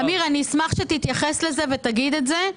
אמיר, אני אשמח שתתייחס לזה ותגיד את זה.